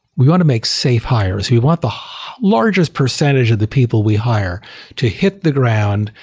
we want to make safe hires. we want the largest percentage of the people we hire to hit the ground,